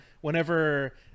Whenever